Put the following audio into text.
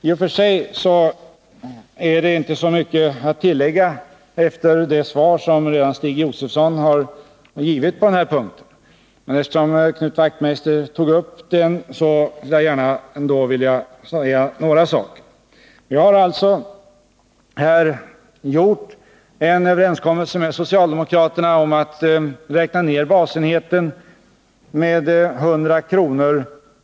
I och för sig har jag inte så mycket att tillägga till det svar som Stig Josefson redan har givit, men eftersom Knut Wachtmeister tog upp frågan vill jag ändå tillägga några ting. Vi har alltså träffat en överenskommelse med socialdemokraterna om att räkna ned basenheten med 100 kr.